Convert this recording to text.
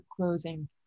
closing